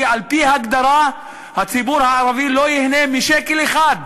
כי על-פי הגדרה הציבור הערבי לא ייהנה משקל אחד,